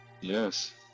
Yes